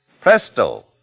Presto